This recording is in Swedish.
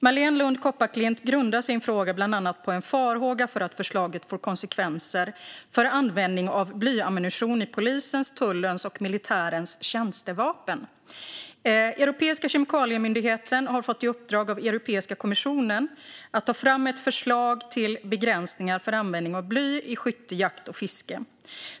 Marléne Lund Kopparklint grundar sin fråga bland annat på en farhåga att förslaget får konsekvenser för användning av blyammunition i polisens, tullens och militärens tjänstevapen. Europeiska kemikaliemyndigheten har fått i uppdrag av Europeiska kommissionen att ta fram ett förslag till begränsningar för användning av bly i skytte, jakt och fiske.